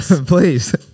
please